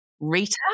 Rita